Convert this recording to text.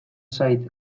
zait